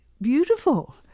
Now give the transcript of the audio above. beautiful